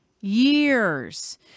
years